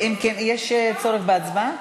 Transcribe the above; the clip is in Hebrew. יש צורך בהצבעה?